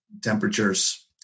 temperatures